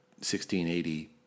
1680